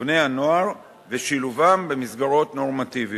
ובני-הנוער ושילובם במסגרות נורמטיביות.